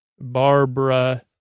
Barbara